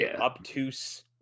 obtuse